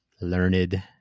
learned